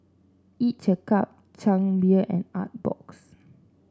each a cup Chang Beer and Artbox